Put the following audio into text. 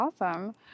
Awesome